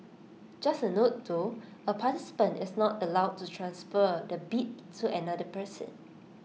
just A note though A participant is not allowed to transfer the bib to another person